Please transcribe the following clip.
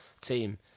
team